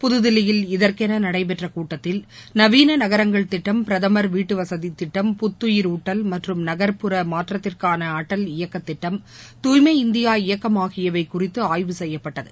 புதுதில்லியில் இதற்கென நடைபெற்ற கூட்டத்தில் நவீன நகரங்கள் திட்டம் பிரதமா் வீட்டுவசதித் திட்டம் புத்துயிரூட்டல் மற்றும் நகர்புற மாற்றத்திற்கான அடல் இயக்கத் திட்டம் தூய்மை இந்தியா இயக்கம் ஆகியவை குறித்து ஆய்வு செய்யப்பட்டது